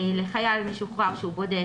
לחייל משוחרר שהוא בודד,